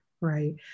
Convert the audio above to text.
right